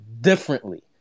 differently